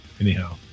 anyhow